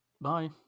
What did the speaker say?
Bye